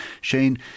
Shane